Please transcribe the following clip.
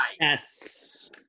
Yes